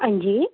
हां जी